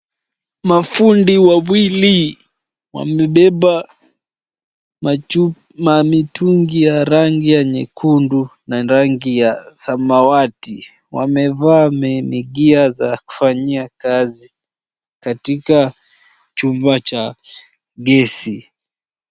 Mafundi wawili wamebeba mamitungi ya rangi ya nyekundu na rangi ya samawati. Wamevaa magear za kufanyia kazi, katika chumba cha gesi.